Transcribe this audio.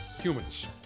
humans